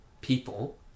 people